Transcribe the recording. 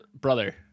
Brother